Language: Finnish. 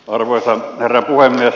arvoisa herra puhemies